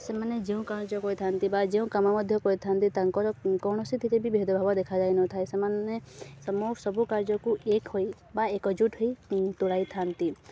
ସେମାନେ ଯେଉଁ କାର୍ଯ୍ୟ କରିଥାନ୍ତି ବା ଯେଉଁ କାମ ମଧ୍ୟ କରିଥାନ୍ତି ତାଙ୍କର କୌଣସିଥିରେ ବି ଭେଦଭାବ ଦେଖାଯାଇ ନ ଥାଏ ସେମାନେ ସମୁ ସବୁ କାର୍ଯ୍ୟକୁ ଏକ ହୋଇ ବା ଏକଜୁଟ ହୋଇ ତୋଳାଇଥାନ୍ତି